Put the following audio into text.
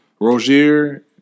Rozier